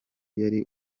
yari